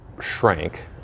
shrank